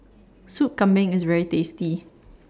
Soup Kambing IS very tasty